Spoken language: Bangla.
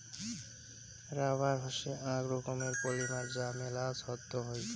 রাবার হসে আক রকমের পলিমার যা মেলা ছক্ত হই